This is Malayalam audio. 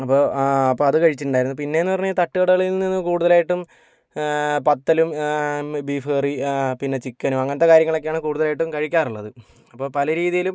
അപ്പോൾ അപ്പോൾ അത് കഴിച്ചിട്ടുണ്ടായിരുന്നു പിന്നേയെന്ന് പറഞ്ഞാൽ ഈ തട്ട് കടകളിൽ നിന്ന് കൂടുതലായിട്ടും പത്തലും ബീഫ് കറിയും പിന്നെ ചിക്കനും അങ്ങനത്തെ കാര്യങ്ങളൊക്കെയാണ് കൂടുതലായിട്ടും കഴിക്കാറുള്ളത് അപ്പോൾ പല രീതിയിലും